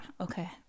Okay